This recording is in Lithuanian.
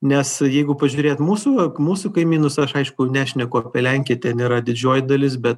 nes jeigu pažiūrėt mūsų mūsų kaimynus aš aišku nešneku apie lenkiją ten yra didžioji dalis bet